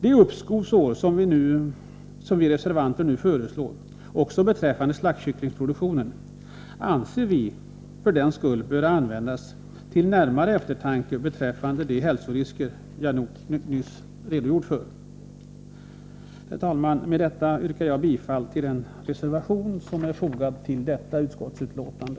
Det uppskovsår som vi reservanter nu företräder också beträffande slaktkycklingsproduktionen anser vi för den skull bör användas även till närmare eftertanke när det gäller de hälsorisker som jag nyss har redogjort för. Herr talman! Jag yrkar bifall till den reservation som är fogad till utskottets betänkande.